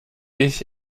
ich